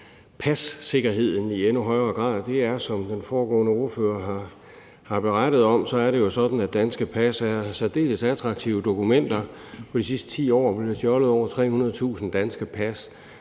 passikkerheden i endnu højere grad. Det er, som den foregående ordfører har berettet om, sådan, at danske pas er særdeles attraktive dokumenter. I de sidste år er der blevet stjålet eller i hvert fald